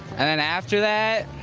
and then after that,